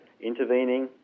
intervening